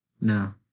no